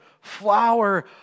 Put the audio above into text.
flower